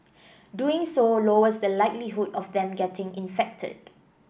doing so lowers the likelihood of them getting infected